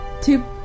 Two